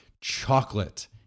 chocolate